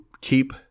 keep